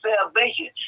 salvation